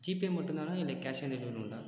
GPay மட்டும் தானா இல்லை கேஷ் ஆன் டெலிவரியும் உண்டா